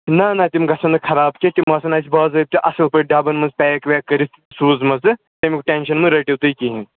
نَہ نَہ تِم گژھن نہٕ خراب کیٚنٛہہ تِم آسَن اَسہِ باضٲبطہٕ اَصٕل پٲٹھۍ ڈَبَن منٛز پیک ویک کٔرِتھ سوٗزمَژٕ تَمیُک ٹٮ۪نشَن مہٕ رٔٹِو تُہۍ کِہیٖنۍ